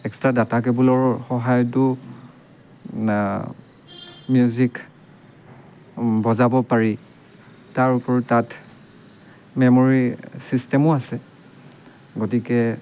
extra data কেবলৰ সহায়তো music বজাব পাৰি তাৰ উপৰিও তাত মেম'ৰি ছিষ্টেমো আছে গতিকে